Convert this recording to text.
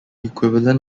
equivalent